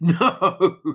no